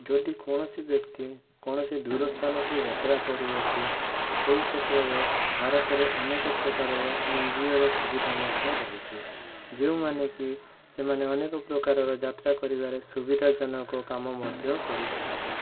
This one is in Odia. ଯଦି କୌଣସି ବ୍ୟକ୍ତି କୌଣସି ଦୂର ସ୍ଥାନକୁ ଯାତ୍ରା କରୁଅଛି ସେଇ କ୍ଷେତ୍ରରେ ଭାରତରେ ଅନେକ ପ୍ରକାରର ଏନ୍ଜିଓର ସୁବିଧା ମଧ୍ୟ ରହିଛି ଯେଉଁମାନେକି ସେମାନେ ଅନେକ ପ୍ରକାରର ଯାତ୍ରା କରିବାରେ ସୁବିଧାଜନକ କାମ ମଧ୍ୟ କରିଥାନ୍ତି